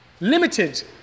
limited